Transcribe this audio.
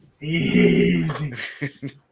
Easy